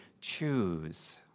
Choose